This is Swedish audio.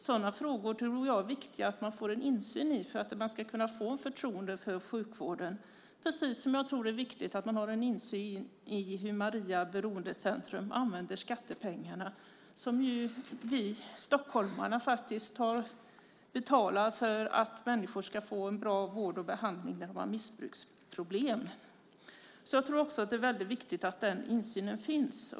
Jag tror att det är viktigt att få insyn i sådana frågor för att kunna få förtroende för sjukvården, precis som jag tror att det är viktigt att ha insyn i hur Maria Beroendecentrum använder skattepengarna som stockholmarna har betalat för att människor som har missbruksproblem ska kunna få en bra vård och behandling. Jag tror alltså att det är väldigt viktigt att den insynen finns.